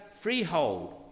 freehold